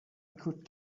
could